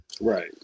Right